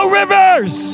rivers